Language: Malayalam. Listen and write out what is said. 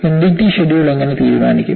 NDT ഷെഡ്യൂൾ എങ്ങനെ തീരുമാനിക്കും